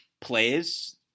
plays